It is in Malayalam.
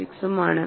656 ഉം ആണ്